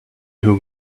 who